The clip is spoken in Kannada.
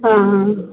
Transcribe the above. ಹಾಂ ಹಾಂ